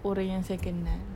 orang yang saya kenal